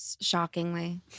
shockingly